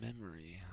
memory